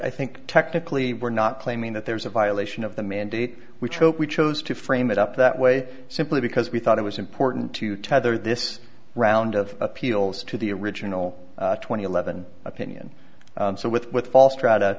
i think technically we're not claiming that there's a violation of the mandate we choke we chose to frame it up that way simply because we thought it was important to tether this round of appeals to the original twenty eleven opinion so with with all strata